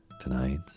tonight